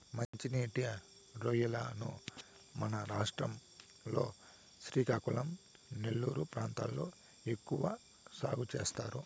మంచి నీటి రొయ్యలను మన రాష్ట్రం లో శ్రీకాకుళం, నెల్లూరు ప్రాంతాలలో ఎక్కువ సాగు చేస్తారు